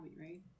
right